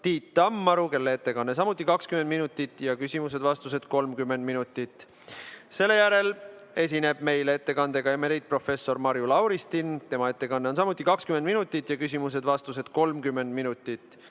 Tiit Tammaru, kelle ettekanne on samuti 20 minutit, ja küsimused-vastused 30 minutit. Seejärel esineb ettekandega emeriitprofessor Marju Lauristin, tema ettekanne on samuti 20 minutit ja küsimused-vastused on 30 minutit.